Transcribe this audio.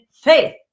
faith